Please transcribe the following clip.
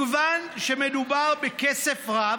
מכיוון שמדובר בכסף רב,